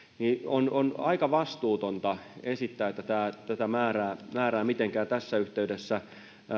niin on on aika vastuutonta esittää että tätä määrää määrää mitenkään tässä yhteydessä